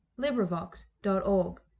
LibriVox.org